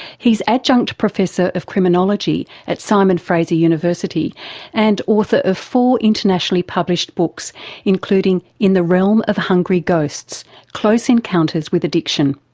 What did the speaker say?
he's adjunct professor of criminology at simon fraser university and author of four internationally published books including in the realm of hungry ghosts close encounters with addiction.